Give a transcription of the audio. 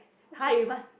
hi you must